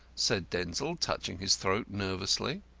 said denzil, touching his throat nervously.